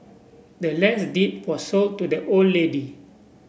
the land's deed was sold to the old lady